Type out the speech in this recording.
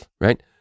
right